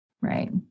Right